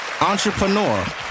entrepreneur